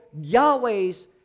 Yahweh's